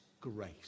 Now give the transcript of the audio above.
grace